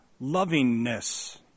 lovingness